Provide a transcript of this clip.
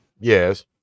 Yes